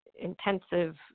intensive